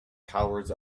cowards